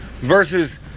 versus